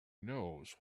knows